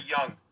young